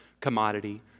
commodity